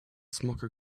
smoker